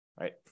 right